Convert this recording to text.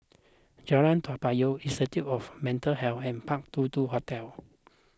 Jalan Toa Payoh Institute of Mental Health and Park two two Hotel